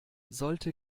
sollte